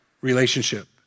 relationship